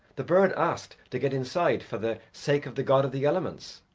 the bird asked to get inside for the sake of the god of the elements,